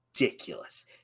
ridiculous